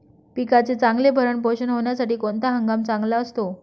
पिकाचे चांगले भरण पोषण होण्यासाठी कोणता हंगाम चांगला असतो?